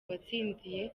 watsindiye